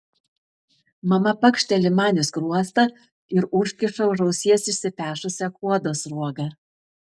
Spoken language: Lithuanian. mama pakšteli man į skruostą ir užkiša už ausies išsipešusią kuodo sruogą